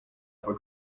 for